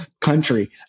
country